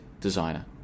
designer